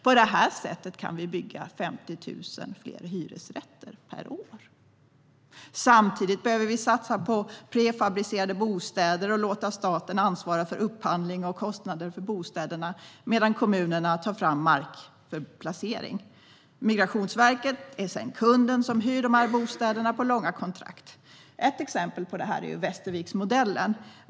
På det sättet kan vi bygga 50 000 fler hyresrätter per år. Samtidigt behöver vi satsa på prefabricerade bostäder och låta staten ansvara för upphandling och kostnader för bostäderna medan kommunerna tar fram mark för placering. Migrationsverket är sedan kunden som hyr bostäderna på långa kontrakt. Ett exempel på det är Västerviksmodellen.